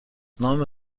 نام